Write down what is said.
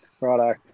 Righto